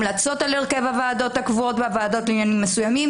המלצות על הרכב הוועדות הקבועות והוועדות לעניינים מסוימים,